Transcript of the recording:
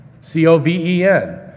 C-O-V-E-N